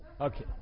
Okay